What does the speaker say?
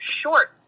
short